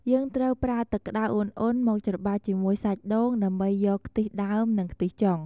យើងត្រូវប្រើទឹកក្តៅអ៊ុនៗមកច្របាច់ជាមួយសាច់ដូង ដើម្បីយកខ្ទិះដើម និងខ្ទិះចុង។